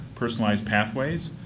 personalized pathways,